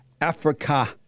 Africa